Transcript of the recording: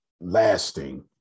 lasting